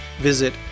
visit